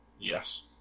Yes